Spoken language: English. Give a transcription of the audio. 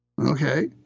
Okay